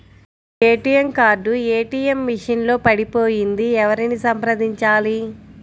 నా A T M card A T M machine లో పడిపోయింది ఎవరిని సంప్రదించాలి?